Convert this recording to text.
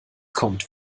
kommt